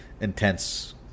intense